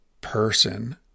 person